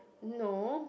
no